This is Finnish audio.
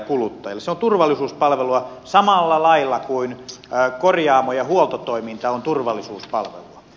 se on turvallisuuspalvelua samalla lailla kuin korjaamo ja huoltotoiminta on turvallisuuspalvelua